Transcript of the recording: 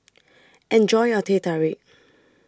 Enjoy your Teh Tarik